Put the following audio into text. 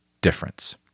difference